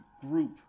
group